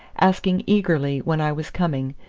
asking eagerly when i was coming,